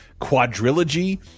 quadrilogy